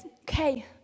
okay